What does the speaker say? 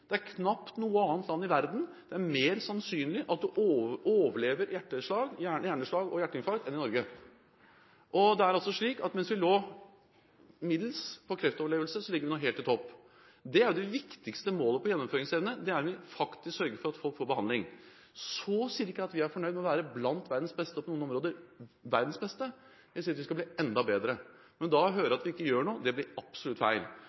Det er knapt noe annet land i verden hvor det er mer sannsynlig at du overlever hjerneslag og hjerteinfarkt enn i Norge. Det er altså slik at mens vi før lå middels på kreftoverlevelse, ligger vi nå helt i topp. Det viktigste målet på gjennomføringsevne er om vi faktisk sørger for at folk får behandling. Så sier jeg ikke at vi er fornøyd med å være blant verdens beste – og på noen områder verdens beste – jeg sier at vi skal bli enda bedre. Men å høre at vi ikke gjør noe, blir absolutt feil.